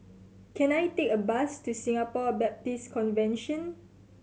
can I take a bus to Singapore Baptist Convention